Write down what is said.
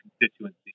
constituency